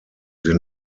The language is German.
den